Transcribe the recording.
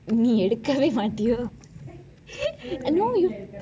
நீ எடுக்கவே மாட்டியோ:ni edukkavei mathiyo